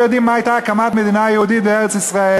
לא יודעים מה הייתה הקמת מדינה יהודית בארץ-ישראל.